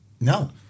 No